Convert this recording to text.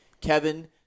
Kevin